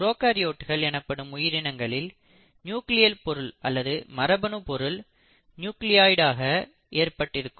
ப்ரோகாரியோட்கள் எனப்படும் உயிரினங்களில் நியூக்ளியர் பொருள் அல்லது மரபணு பொருள் நியூக்ளியோய்டு ஆக ஏற்பட்டிருக்கும்